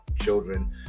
Children